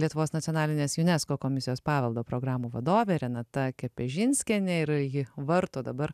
lietuvos nacionalinės unesco komisijos paveldo programų vadovė renata kepežinskienė ir ji varto dabar